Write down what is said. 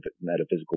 metaphysical